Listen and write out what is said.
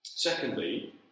Secondly